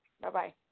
Bye-bye